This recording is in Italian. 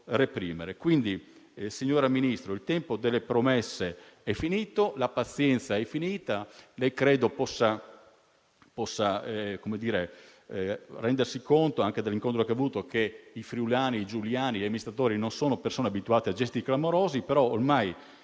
Quindi, signor Ministro, il tempo delle promesse è finito, la pazienza è finita. Lei credo possa rendersi conto, anche dall'incontro che ha avuto, che gli amministratori friulani e giuliani non sono persone abituate a gesti clamorosi, però ormai,